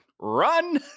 Run